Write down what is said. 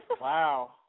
Wow